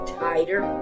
tighter